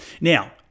Now